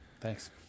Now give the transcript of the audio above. Thanks